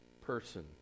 person